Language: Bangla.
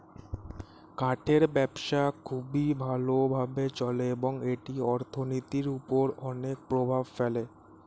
কাঠের ব্যবসা খুবই ভালো ভাবে চলে এবং এটি অর্থনীতির উপর অনেক প্রভাব ফেলে